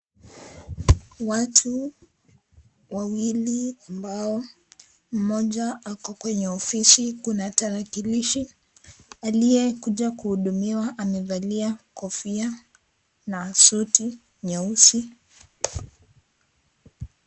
Watu wawili ambao mmoja ako kwenye ofisi, kuna tarakilishi. Aliyekuja kuhudumiwa amevaa kofia na suti nyeusi.